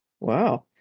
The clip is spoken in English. Wow